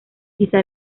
quizá